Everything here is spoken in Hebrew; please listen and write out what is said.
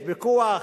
ויש ויכוח.